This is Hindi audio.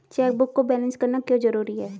चेकबुक को बैलेंस करना क्यों जरूरी है?